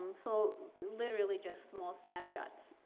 um so literally just small snapshots.